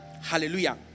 Hallelujah